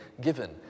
given